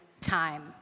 time